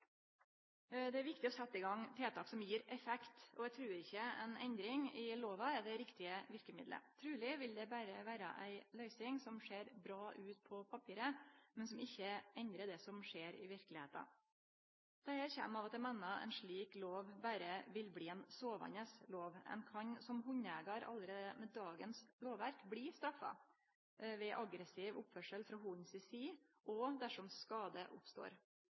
er viktig å setje i gang tiltak som gir effekt, og eg trur ikkje ei endring i lova er det rette verkemiddelet. Truleg vil det berre vere ei løysing som ser bra ut på papiret, men som ikkje endrar det som skjer i verkelegheita. Dette kjem av at eg meiner at ei slik lov berre vil bli ei sovande lov. Ein kan som hundeeigar allereie med dagens lovverk bli straffa ved aggressiv oppførsel frå hunden si side og dersom skade oppstår.